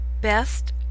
best